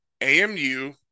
AMU